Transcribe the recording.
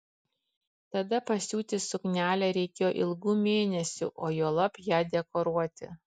tada pasiūti suknelę reikėjo ilgų mėnesių o juolab ją dekoruoti